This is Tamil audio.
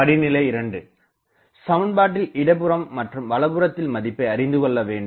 படிநிலை 2 சமன்பாட்டில் இடப்புறம் மற்றும் வலப்புறத்தில் மதிப்பை அறிந்து கொள்ள வேண்டும்